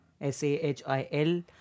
S-A-H-I-L